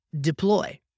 deploy